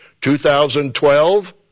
2012